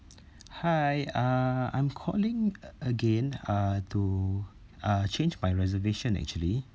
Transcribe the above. hi uh I'm calling again uh to uh change my reservation actually